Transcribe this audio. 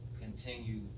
continue